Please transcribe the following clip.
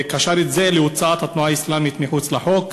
וקשר את זה להוצאת התנועה האסלאמית מחוץ לחוק.